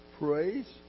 praise